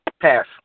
Pass